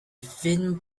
thin